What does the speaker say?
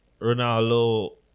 ronaldo